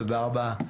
תודה רבה.